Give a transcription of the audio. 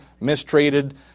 mistreated